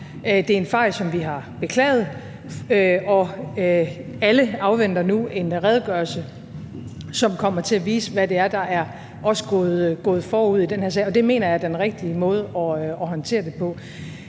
Det er en fejl, som vi har beklaget, og alle afventer nu en redegørelse, som kommer til at vise, hvad det er, der er foregået forud for den her sag, og det mener jeg er den rigtige måde at håndtere det på.